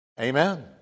Amen